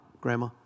Grandma